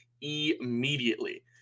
immediately